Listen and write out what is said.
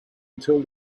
until